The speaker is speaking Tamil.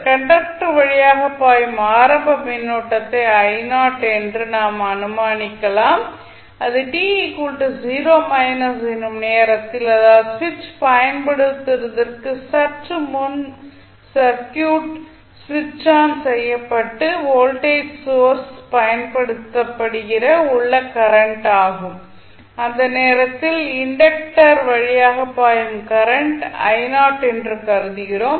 கண்டக்டர் வழியாக பாயும் ஆரம்ப மின்னோட்டத்தை என்று நாம் அனுமானிக்கலாம் அது t 0 எனும் நேரத்தில் அதாவது சுவிட்ச் பயன்படுத்துவதற்கு சற்று முன் சர்க்யூட் சுவிட்ச் ஆன் செய்யப்பட்டு வோல்டேஜ் சோர்ஸ் பயன்படுத்தப்படுகிற உள்ள கரண்ட் ஆகும் அந்த நேரத்தில் இன்டக்டர் வழியாக பாயும் கரண்ட் என்று கருதுகிறோம்